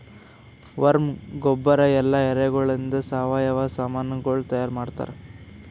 worm ಗೊಬ್ಬರ ಇಲ್ಲಾ ಎರೆಹುಳಗೊಳಿಂದ್ ಸಾವಯವ ಸಾಮನಗೊಳ್ ತೈಯಾರ್ ಮಾಡ್ತಾರ್